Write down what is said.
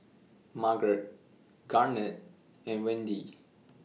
Margrett Garnet and Wende